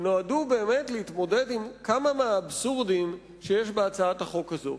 שנועדו להתמודד עם כמה מהאבסורדים שיש בהצעת החוק הזו.